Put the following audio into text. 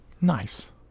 Nice